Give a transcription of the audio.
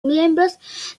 miembros